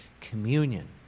communion